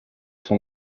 son